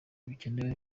bikenewe